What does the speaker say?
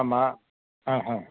ஆமாம் ஆ ஆ